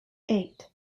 eight